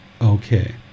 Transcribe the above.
Okay